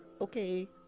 Okay